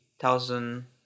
thousand